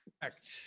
correct